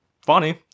funny